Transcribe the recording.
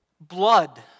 Blood